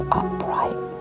upright